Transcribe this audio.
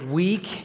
week